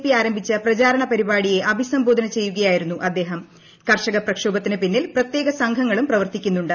P ആരംഭിച്ച പ്രചാര്ണ് പ്രിപാടിയെ അഭിസംബോധന ചെയ്യു കയായിരുന്നു അദ്ദേഹംകൂർഷക പ്രക്ഷോഭത്തിന് പിന്നിൽ പ്രത്യേക സംഘങ്ങളും പ്രവർത്തിക്കുന്നുണ്ട്